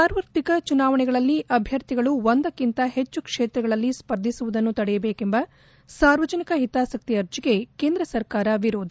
ಸಾರ್ವತ್ರಿಕ ಚುನಾವಣೆಗಳಲ್ಲಿ ಅಭ್ಯರ್ಥಿಗಳು ಒಂದಕ್ಕಿಂತ ಹೆಚ್ಚು ಕ್ಷೇತ್ರಗಳಲ್ಲಿ ಸ್ಪರ್ಧಿಸುವುದನ್ನು ತಡೆಯಬೇಕೆಂಬ ಸಾರ್ವಜನಿಕ ಹಿತಾಸಕ್ತಿ ಅರ್ಜಿಗೆ ಕೇಂದ್ರ ಸರ್ಕಾರ ವಿರೋಧ